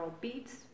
beats